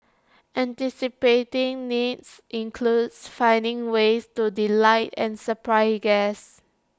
anticipating needs includes finding ways to delight and surprise guests